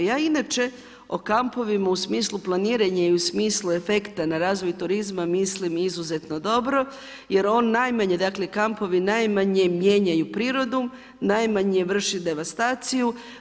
Ja inače o kampovima u smislu planiranja i u smislu efekta na razvoj turizma mislim izuzetno dobro, jer on najmanje, dakle kampovi najmanje mijenjaju prirodu, najmanje vrši devastaciju.